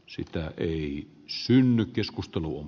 syytä ei synny keskusteluun